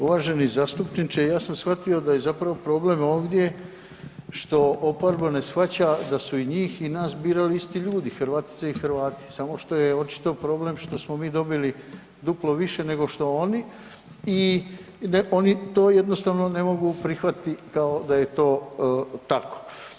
Uvaženi zastupniče ja sam shvatio da je zapravo problem ovdje što oporba ne shvaća da su i njih i nas birali isti ljudi, Hrvatice i Hrvati, samo što je očito problem što smo mi dobili duplo više nego što oni i oni to jednostavno to ne mogu prihvatiti kao da je to tako.